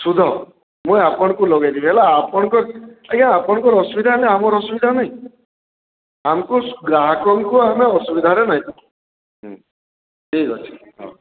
ଶୁଦ୍ଧ ମୁଁ ଆପଣଙ୍କୁ ଲଗାଇଦେବି ହେଲା ଆପଣଙ୍କର ଆଜ୍ଞା ଆପଣଙ୍କର ଅସୁବିଧା ହେଲେ ଆମର ଅସୁବିଧା ନାହିଁ ଆମକୁ ଗ୍ରାହକଙ୍କୁ ଆମେ ଅସୁବିଧାରେ ନାଇ ପକାଉ ହଁ ଠିକ୍ ଅଛି ହଉ